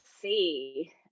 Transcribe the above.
see